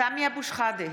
סמי אבו שחאדה,